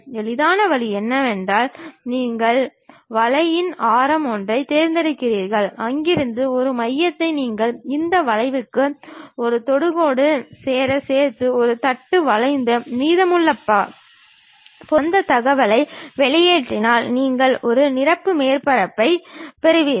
எளிதான வழி என்னவென்றால் நீங்கள் வளைவின் ஆரம் ஒன்றைத் தேர்வுசெய்கிறீர்கள் அங்கிருந்து ஒரு மையத்தை நீங்கள் இந்த வளைவுகளுக்கு ஒரு தொடுகோடு சேர சேர்த்து ஒரு தட்டு வரைந்து மீதமுள்ள பொருளை அகற்றி அந்த தகவலை வெளியேற்றினால் நீங்கள் ஒரு நிரப்பு மேற்பரப்பைப் பெறுவீர்கள்